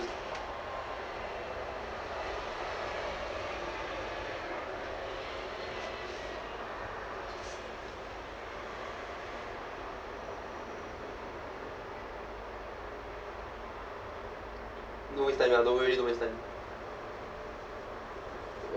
no it's like we're already don't waste time